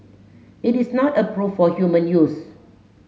it is not approved for human use